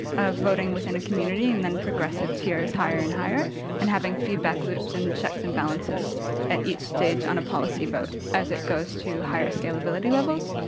of voting within a community and then progressive tiers higher and higher and having feedback loops and checks and balances at each stage on a policy vote, as it goes to higher scalability levels.